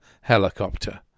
helicopter